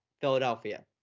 Philadelphia